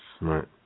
right